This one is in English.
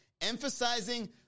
emphasizing